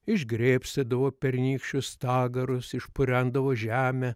išgrėbstydavo pernykščius stagarus išpurendavo žemę